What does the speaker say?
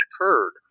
occurred